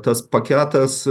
tas paketas